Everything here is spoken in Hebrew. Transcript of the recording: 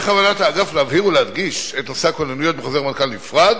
בכוונת האגף להבהיר ולהדגיש את נושא הכוננויות בחוזר מנכ"ל נפרד,